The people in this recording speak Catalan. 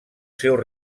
seu